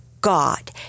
god